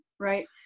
Right